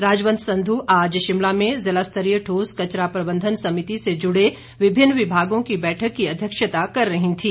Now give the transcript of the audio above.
राजवंत संध् आज शिमला में जिला स्तरीय ठोस कचरा प्रबंधन समिति से जुड़े विभिन्न विभागों की बैठक की अध्यक्षता कर रही थीं